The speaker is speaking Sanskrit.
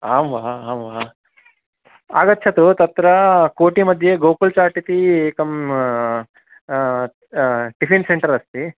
आम् वः आम् वा आगच्छतु तत्र कोटीमध्ये गोकुल् चाट् इति एकं टिफ़िन् सेण्टर् अस्ति